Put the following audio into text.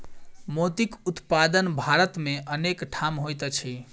मोतीक उत्पादन भारत मे अनेक ठाम होइत अछि